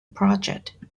project